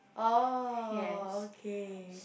oh okay